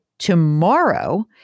tomorrow